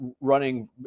running